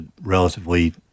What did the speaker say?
relatively